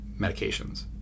medications